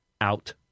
out